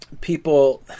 People